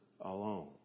alone